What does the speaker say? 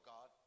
God